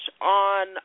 on